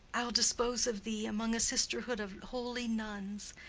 i'll dispose of thee among a sisterhood of holy nuns.